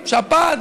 שפעת,